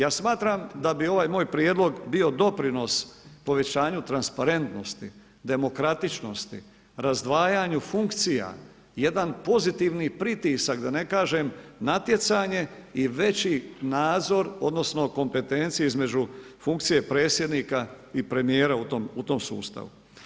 Ja smatram da bi ovaj moj prijedlog bio doprinos povećanju transparentnosti, demokratičnosti, razdvajanju funkcija, jedan pozitivan pritisak, da ne kažem, natjecanje i veći nazor, odnosno, kompetencija, između funkcije predsjednika i premjera u tom sustavu.